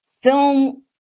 film